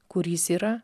kur jis yra